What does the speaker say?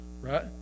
right